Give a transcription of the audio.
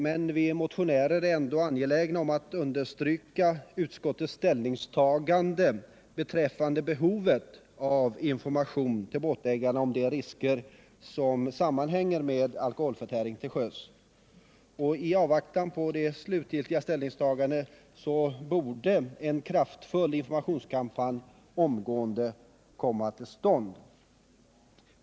Men vi motionärer är ändå angelägna att understryka utskottets ställningstagande beträffande behovet av information till båtägarna om de risker som sammanhänger med alkoholförtäring till sjöss. I avvaktan på det slutliga ställningstagandet bör därför en informationskampanj omedelbart komma till stånd.